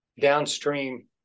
downstream